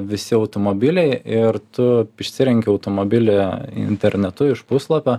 visi automobiliai ir tu išsirenki automobilį internetu iš puslapio